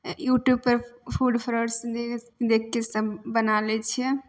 यूट्यूबपर foods process देखिके सब बना लै छिए